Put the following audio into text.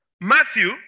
Matthew